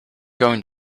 going